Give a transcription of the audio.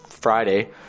Friday